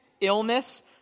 illness